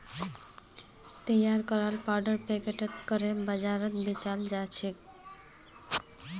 तैयार कराल पाउडर पैकेटत करे बाजारत बेचाल जाछेक